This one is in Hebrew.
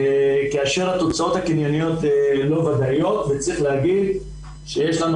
כאשר התוצאות הקנייניות ידועות וצריך להגיד שיש לנו